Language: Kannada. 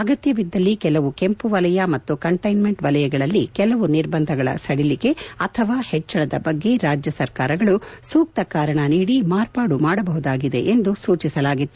ಅಗತ್ನವಿದ್ದಲ್ಲಿ ಕೆಲವು ಕೆಂಪು ವಲಯ ಮತ್ತು ಕಂಟ್ಲೆನ್ಮೆಂಟ್ ವಲಯಗಳಲ್ಲಿ ಕೆಲವು ನಿರ್ಬಂಧಗಳ ಸಡಿಲಿಕೆ ಅಥವಾ ಹೆಚ್ಲಳದ ಬಗ್ಗೆ ರಾಜ್ಯ ಸರಕಾರಗಳು ಸೂಕ್ತ ಕಾರಣ ನೀಡಿ ಮಾರ್ಪಾಡು ಮಾಡಬಹುದಾಗಿದೆ ಎಂದು ಸೂಚಿಸಲಾಗಿತ್ತು